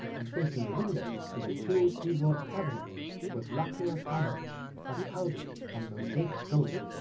and facing the window stood a curiously wrought cabinet with lacquer panels of powdered and mosaiced gold,